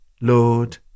Lord